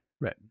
right